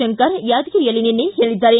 ಶಂಕರ್ ಯಾದಗಿರಿಯಲ್ಲಿ ನಿನ್ನೆ ಹೇಳಿದ್ದಾರೆ